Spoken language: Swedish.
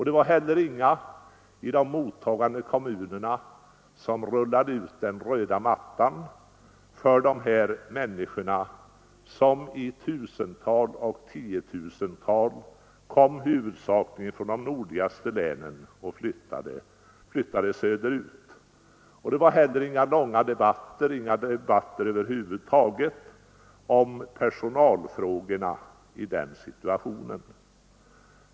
Det var heller ingen i de mottagande kommunerna som rullade ut den röda mattan för dessa människor, som i tusental och tiotusental flyttade söder ut, huvudsakligen från de nordligaste länen. Det förekom heller inga långa debatter — inga debatter över huvud taget — om personalfrågorna i den situationen.